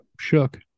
shook